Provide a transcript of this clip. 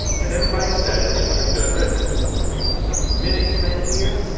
and everybody said it was a good riddance but the minute he landed here,